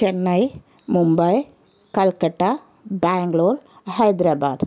Chennai Mumbai Calcutta Bangalore Hyderabad